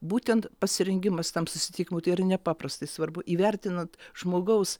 būtent pasirengimas tam susitikimui tai yra nepaprastai svarbu įvertinant žmogaus